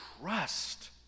trust